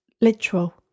literal